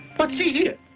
but see here,